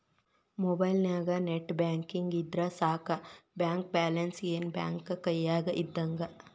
ಮೊಬೈಲ್ನ್ಯಾಗ net banking ಇದ್ರ ಸಾಕ ಬ್ಯಾಂಕ ಬ್ಯಾಲೆನ್ಸ್ ಏನ್ ಬ್ಯಾಂಕ ಕೈಯ್ಯಾಗ ಇದ್ದಂಗ